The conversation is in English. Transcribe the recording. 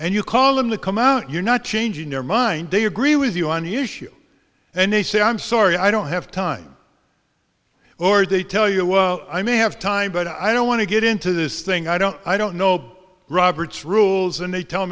and you call him to come out you're not changing your mind they agree with you on the issue and they say i'm sorry i don't have time or they tell you i may have time but i don't want to get into this thing i don't i don't know robert's rules and they t